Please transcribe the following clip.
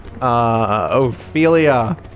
Ophelia